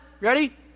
Ready